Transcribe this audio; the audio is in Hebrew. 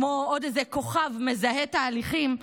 כמו עוד איזה כוכב מזהה תהליכים,